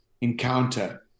encounter